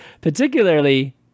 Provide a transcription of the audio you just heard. particularly